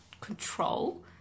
control